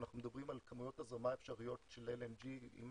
אנחנו מדברים על כמויות הזרמה אפשריות של LNG אתה